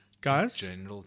guys